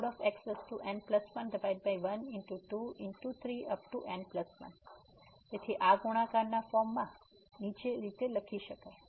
xn11⋅2⋅⋯⋅n1 તેથી આપણે ગુણાકાર ના ફોર્મ માં નીચે લખી શકીએ છીએ